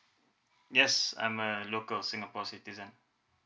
yes I'm a local singapore citizen